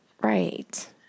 right